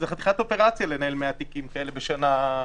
זו וחתיכת אופרציה לנהל 100 תיקים כאלה בשנה.